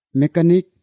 mechanic